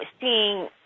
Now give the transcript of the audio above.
seeing